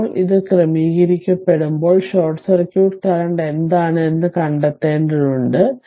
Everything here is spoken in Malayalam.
ഇപ്പോൾ അത് ക്രമീകരിക്കപ്പെടുമ്പോൾ ഷോർട്ട് സർക്യൂട്ട് കറന്റ് എന്താണ് എന്ന് കണ്ടെത്തേണ്ടതുണ്ട്